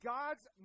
God's